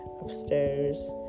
upstairs